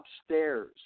upstairs